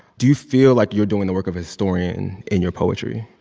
do you feel like you're doing the work of a historian in your poetry?